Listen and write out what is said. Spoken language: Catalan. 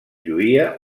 lluïa